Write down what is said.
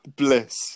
bliss